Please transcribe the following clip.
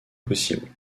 possible